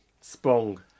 spong